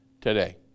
today